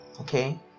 Okay